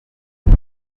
boy